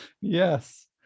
Yes